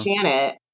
Janet